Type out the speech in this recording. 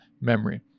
memory